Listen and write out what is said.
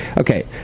okay